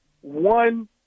one